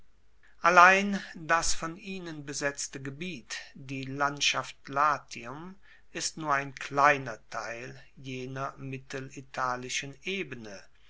allein das von ihnen besetzte gebiet die landschaft latium ist nur ein kleiner teil jener mittelitalischen ebene